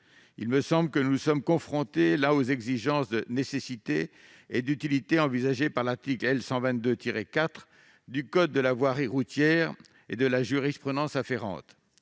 Il me semble que nous sommes confrontés là aux exigences de nécessité et d'utilité prévues par l'article L. 122-4 du code de la voirie routière et la jurisprudence y afférente.